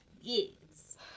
Yes